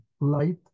light